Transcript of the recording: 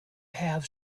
have